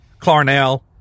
Clarnell